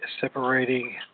separating